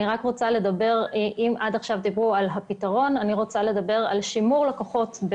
אני רק רוצה לדבר על "שימור לקוחות",